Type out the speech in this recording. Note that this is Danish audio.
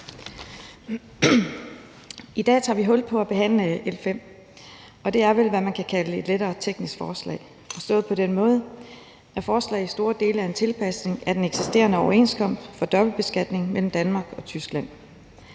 I dag tager vi hul på at behandle L 5, og det er vel, hvad man kan kalde et lettere teknisk forslag, forstået på den måde, at forslaget for en stor dels vedkommende er en tilpasning af den eksisterende overenskomst for dobbeltbeskatning mellem Danmark og Tyskland.